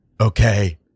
okay